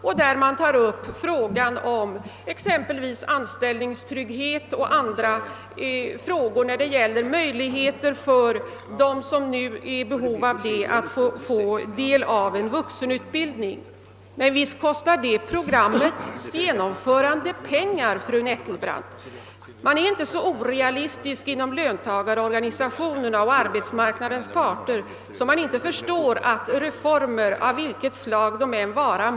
Där tar man upp exempelvis frågan om anställningstrygghet och andra frågor för dem som nu behöver få del av vuxenutbildning. Visst kostar det programmets genomförande pengar, fru Nettelbrandt. Man är inte så orealistisk inom löntagaroch = arbetsgivarorganisationerna att man inte förstår att reformer av alla slag kostar pengar.